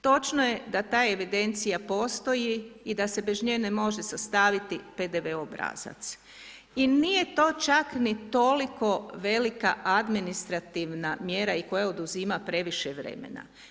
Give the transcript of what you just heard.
Točno je da ta evidencija postoji i da se bez nje ne može sastaviti PDV obrazac i nije to čak ni toliko velika administrativna mjera koja oduzima previše vremena.